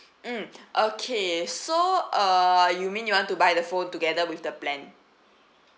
mm okay so uh you mean you want to buy the phone together with the plan